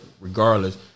regardless